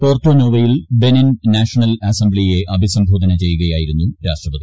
Porto നോവയിൽ Benin national അസംബ്ലിയെ അഭിസംബോധന ചെയ്യുകയായിരുന്നു രാഷ്ട്രപതി